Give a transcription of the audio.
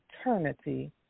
eternity